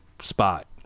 spot